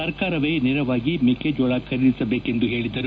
ಸರ್ಕಾರವೇ ನೇರವಾಗಿ ಮೆಕ್ಕೆಜೋಳ ಖರೀದಿಸಬೇಕೆಂದು ಹೇಳಿದರು